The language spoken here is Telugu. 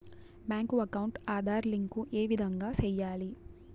బ్యాంకు అకౌంట్ ఆధార్ లింకు ఏ విధంగా సెయ్యాలి?